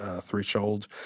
threshold